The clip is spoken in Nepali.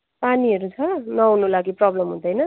पानीहरू छ नुहाउनुको लागि प्रबलम हुँदैन